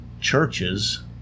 churches